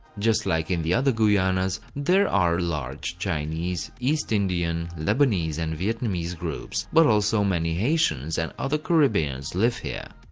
just like in the other guyanas, there are large chinese, east indian, lebanese and vietnamese groups, but also many haitians and other caribbeans live here.